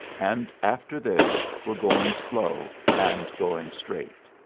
and after this we're going slow and going straight.